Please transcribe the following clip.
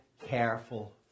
careful